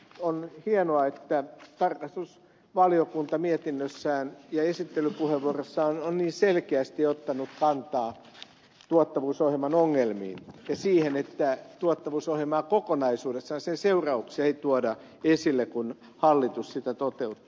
on hienoa että tarkastusvaliokunta mietinnössään ja esittelypuheenvuorossaan on niin selkeästi ottanut kantaa tuottavuusohjelman ongelmiin ja siihen että tuottavuusohjelmaa kokonaisuudessaan sen seurauksia ei tuoda esille kun hallitus sitä toteuttaa